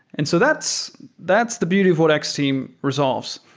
and so that's that's the beauty of what x-team resolves,